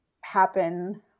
happen